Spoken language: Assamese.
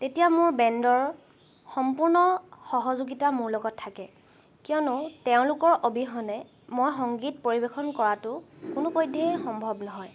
তেতিয়া মোৰ বেণ্ডৰ সম্পূৰ্ণ সহযোগিতা মোৰ লগত থাকে কিয়নো তেওঁলোকৰ অবিহনে মই সংগীত পৰিৱেশন কৰাটো কোনোপধ্যেই সম্ভৱ নহয়